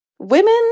women